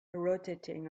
rotating